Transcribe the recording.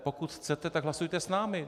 Pokud chcete, tak hlasujte s námi.